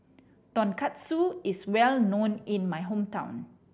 tonkatsu is well known in my hometown